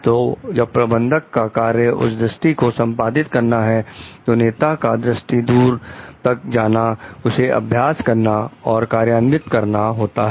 तो जब प्रबंधक का कार्य उस दृष्टि को संपादित करना है तो नेता का दृष्टि दूर तक जाना उसे अभ्यास करना और कार्यान्वित करना है